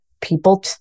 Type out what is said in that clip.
people